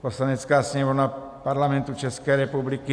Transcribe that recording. Poslanecká sněmovna Parlamentu České republiky